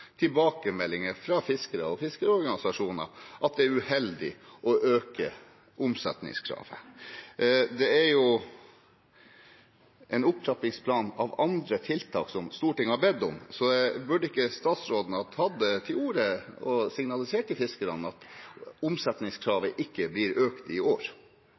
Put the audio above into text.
tilbakemeldinger fra fiskere og fiskeriorganisasjoner om at det er uheldig å øke omsetningskravet. Det er en opptrappingsplan for andre tiltak som Stortinget har bedt om. Burde ikke statsråden tatt til orde for og signalisert til fiskerne at omsetningskravet ikke blir økt i år?